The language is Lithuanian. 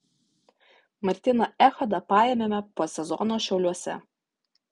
martyną echodą paėmėme po sezono šiauliuose